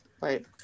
Wait